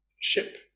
ship